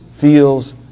feels